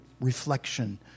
reflection